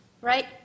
right